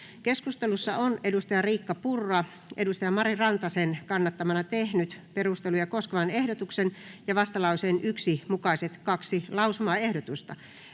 Keskustelussa on Riikka Purra Mari Rantasen kannattamana tehnyt perusteluja koskevan ehdotuksen ja vastalauseen 1 mukaiset kaksi lausumaehdotusta.